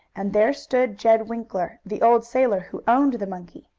and there stood jed winkler, the old sailor, who owned the monkey.